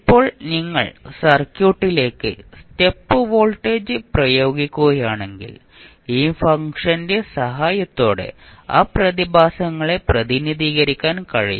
ഇപ്പോൾ നിങ്ങൾ സർക്യൂട്ടിലേക്ക് സ്റ്റെപ്പ് വോൾട്ടേജ് പ്രയോഗിക്കുകയാണെങ്കിൽ ഈ ഫംഗ്ഷന്റെ സഹായത്തോടെ ആ പ്രതിഭാസങ്ങളെ പ്രതിനിധീകരിക്കാൻ കഴിയും